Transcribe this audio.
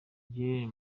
jenner